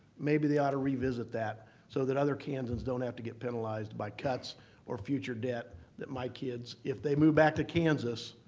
maybe they ought to revisit that so that other kansans don't have to get penalized by cuts or future debt that my kids, if they move back to kansas,